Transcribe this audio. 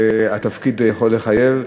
התפקיד יכול לחייב.